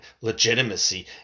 legitimacy